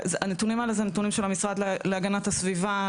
הנתונים האלה זה נתונים של המשרד להגנת הסביבה,